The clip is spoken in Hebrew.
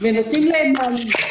ונותנים להן מענה.